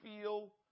feel